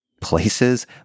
places